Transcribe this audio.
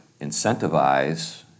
incentivize